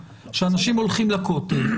כשאנשים הולכים לכותל,